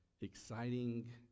exciting